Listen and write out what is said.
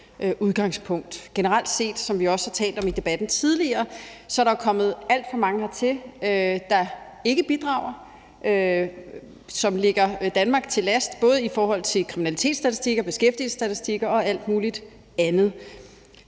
der generelt set, som der også er blevet talt om i debatten tidligere, jo er kommet alt for mange hertil, der ikke bidrager, og som ligger Danmark til last både i forhold til kriminalitetsstatistik og beskæftigelsesstatistikker og alt muligt andet.